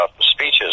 speeches